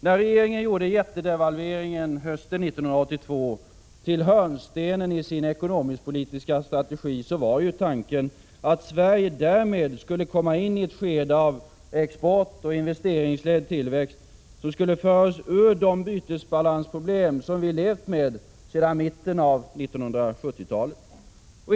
När regeringen gjorde jättedevalveringen hösten 1982 till hörnstenen i sin ekonomisk-politiska strategi var tanken att Sverige därmed skulle komma in i ett skede av exportoch investeringsledd tillväxt, som skulle föra oss ur de bytesbalansproblem som vi levt med sedan mitten av 1970-talet.